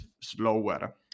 slower